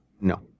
No